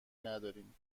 نداریم